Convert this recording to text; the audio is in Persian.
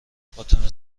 فاطمه